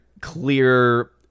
clear